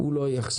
הוא לא יחזור.